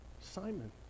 Simon